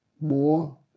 more